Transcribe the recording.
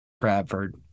Bradford